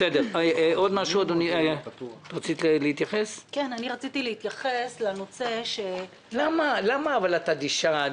אני רציתי להתייחס לנושא --- למה את אדישה?